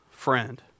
friend